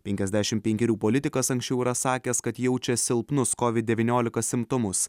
penkiasdešim penkerių politikas anksčiau yra sakęs kad jaučia silpnus covid devyniolika simptomus